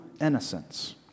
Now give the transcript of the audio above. innocence